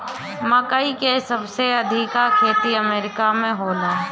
मकई के सबसे अधिका खेती अमेरिका में होला